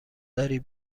داری